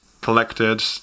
collected